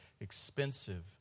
expensive